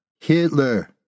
Hitler